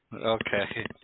Okay